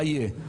מה יהיה.